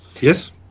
Yes